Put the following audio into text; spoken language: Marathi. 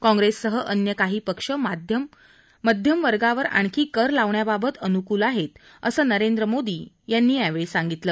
काँग्रेससह अन्य काही पक्ष माध्यम वर्गावर आणखी कर लावण्याबाबत अनुकूल आहेत असं नरेंद्र मोदी यावेळी म्हणाले